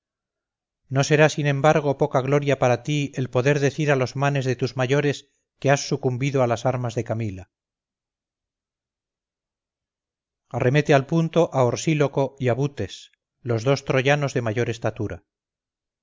no será sin embargo poca gloria para ti el poder decir a los manes de tus mayores que has sucumbido a las armas de camila arremete al punto a orsíloco y a butes los dos troyanos de mayor estatura